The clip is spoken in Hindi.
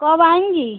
कब आएँगी